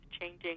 changing